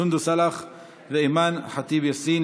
סונדוס סאלח ואימאן ח'טיב יאסין,